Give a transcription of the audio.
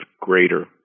greater